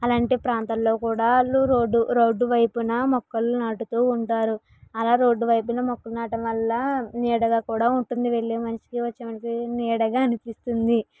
అలాంటి ప్రాంతంలో కూడా వాళ్ళు రోడ్డు రోడ్డు వైపున మొక్కలును నాటుతూ ఉంటారు అలా రోడ్డు వైపున మొక్కలు నాటడం వల్ల నీడగా కూడా ఉంటుంది వెళ్లే మనిషికి వచ్చే మనిషికి నీడగా అనిపిస్తుంది